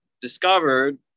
discovered